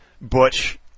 Butch